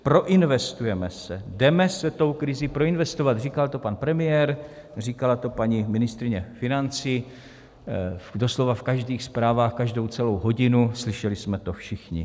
Proinvestujeme se, jdeme se tou krizí proinvestovat říkal to pan premiér, říkala to paní ministryně financí doslova v každých zprávách každou celou hodinu, slyšeli jsme to všichni.